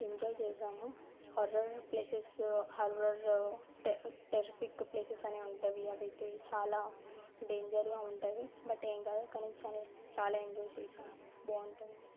enjoy చేశాము horror places horror terrific places అనేవి ఉంటాయి అవైతే చాలా డేంజర్గా ఉంటాయి బట్ ఏం కాదు కానీ చాలా ఎంజాయ్ చేశాము బాగుంటుంది